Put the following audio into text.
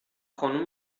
خانوم